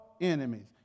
enemies